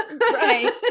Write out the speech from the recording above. right